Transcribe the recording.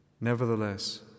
Nevertheless